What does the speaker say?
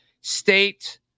State